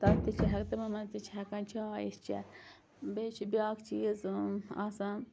تَتھ تہِ چھِ ہک تِمَن مَنٛز تہِ چھِ ہٮ۪کان چاے أسۍ چٮ۪تھ بیٚیہِ چھِ بیٛاکھ چیٖز آسان